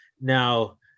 now